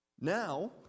Now